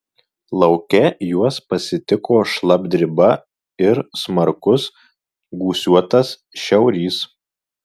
lauke juos pasitiko šlapdriba ir smarkus gūsiuotas šiaurys